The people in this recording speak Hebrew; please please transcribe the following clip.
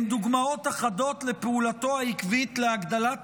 הם דוגמאות אחדות לפעולתו העקבית להגדלת